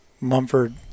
Mumford